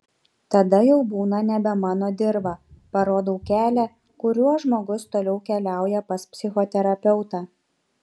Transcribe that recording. tada jau būna nebe mano dirva parodau kelią kuriuo žmogus toliau keliauja pas psichoterapeutą